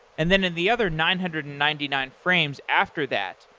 and then in the other nine hundred and ninety nine frames after that,